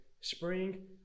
spring